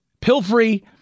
Pill-free